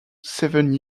seven